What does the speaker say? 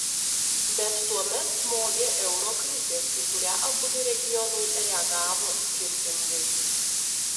bet tuomet smogė euro krizė į kurią abudu regionai reagavo skirtingai